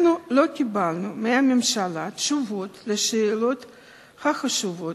אנחנו לא קיבלנו מהממשלה תשובות על השאלות החשובות: